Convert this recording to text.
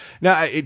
Now